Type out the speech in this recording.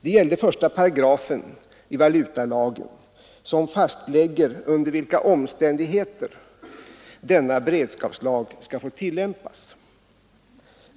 Det gällde första paragrafen i valutalagen, som fastlägger under vilka omständigheter denna beredskapslag skall få tillämpas.